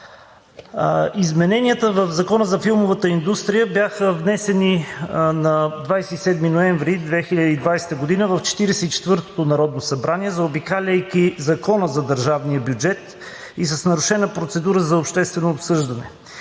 Измененията в Закона за филмовата индустрия бяха внесени на 27 ноември 2020 г. в 44-тото народно събрание, заобикаляйки Закона за държавния бюджет и с нарушена процедура за обществено обсъждане.